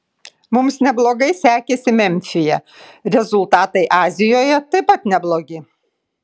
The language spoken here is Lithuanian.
mums neblogai sekėsi memfyje rezultatai azijoje taip pat neblogi